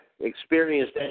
experienced